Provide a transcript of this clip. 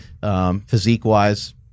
physique-wise